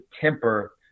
temper